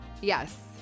Yes